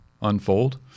unfold